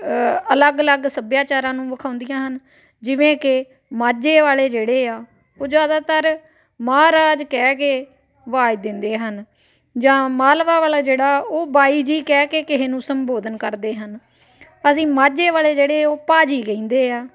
ਅਲੱਗ ਅਲੱਗ ਸੱਭਿਆਚਾਰਾਂ ਨੂੰ ਵਿਖਾਉਂਦੀਆਂ ਹਨ ਜਿਵੇਂ ਕਿ ਮਾਝੇ ਵਾਲੇ ਜਿਹੜੇ ਆ ਉਹ ਜ਼ਿਆਦਾਤਰ ਮਹਾਰਾਜ ਕਹਿ ਕੇ ਆਵਾਜ਼ ਦਿੰਦੇ ਹਨ ਜਾਂ ਮਾਲਵਾ ਵਾਲਾ ਜਿਹੜਾ ਉਹ ਬਾਈ ਜੀ ਕਹਿ ਕੇ ਕਿਸੇ ਨੂੰ ਸੰਬੋਧਨ ਕਰਦੇ ਹਨ ਅਸੀਂ ਮਾਝੇ ਵਾਲੇ ਜਿਹੜੇ ਉਹ ਭਾਅ ਜੀ ਕਹਿੰਦੇ ਆ ਅਤੇ